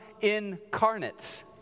incarnate